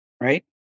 Right